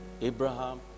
Abraham